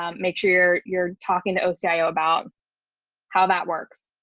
um make sure you're you're talking to oci ah about how that works.